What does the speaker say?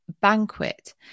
banquet